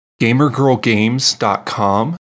gamergirlgames.com